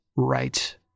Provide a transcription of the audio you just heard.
right